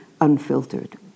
unfiltered